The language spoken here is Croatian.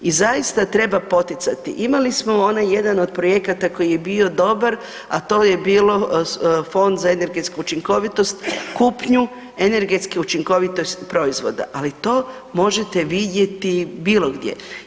I zaista treba poticati, imali smo onaj jedan od projekata koji je bio dobar, a to je bio Fond za energetsku učinkovitost kupnju energetske učinkovitosti proizvoda, ali to možete vidjeti bilo gdje.